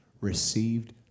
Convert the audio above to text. received